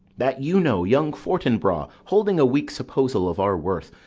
that you know, young fortinbras, holding a weak supposal of our worth,